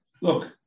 Look